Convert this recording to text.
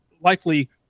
likely –